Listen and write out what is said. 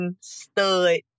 stud